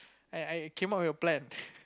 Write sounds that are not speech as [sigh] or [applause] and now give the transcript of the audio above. I I came up with a plan [laughs]